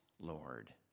Lord